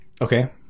Okay